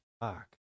Fuck